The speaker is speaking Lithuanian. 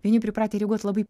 vieni pripratę reaguot labai